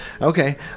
Okay